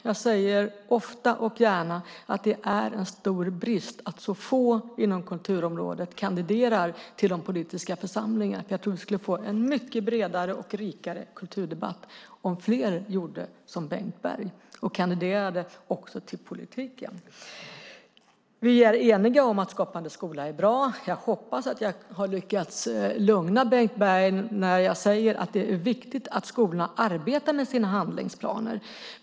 Jag säger ofta och gärna att det är en stor brist att så få inom kulturområdet kandiderar till de politiska församlingarna, för jag tror att vi skulle få en mycket bredare och rikare kulturdebatt om fler gjorde som Bengt Berg och kandiderade till politiken. Vi är eniga om att Skapande skola är bra. Jag hoppas att jag lyckats lugna Bengt Berg när jag säger att det är viktigt att skolorna arbetar med sina handlingsplaner.